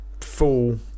full